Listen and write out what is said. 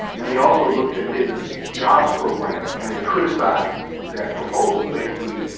and they also looked at his jobs program and they criticized that proposal, basically,